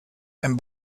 and